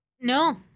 No